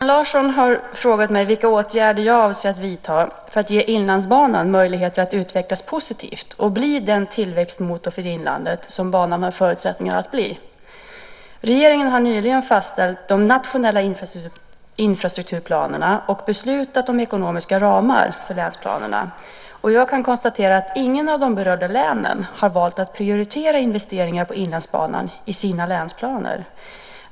Fru talman! Håkan Larsson har frågat mig vilka åtgärder jag avser att vidta för att ge Inlandsbanan möjligheter att utvecklas positivt och bli den tillväxtmotor för inlandet som banan har förutsättningar att bli. Regeringen har nyligen fastställt de nationella infrastrukturplanerna och beslutat om ekonomiska ramar för länsplanerna. Jag kan konstatera att inget av de berörda länen har valt att prioritera investeringar på Inlandsbanan i sina länsplaner.